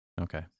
okay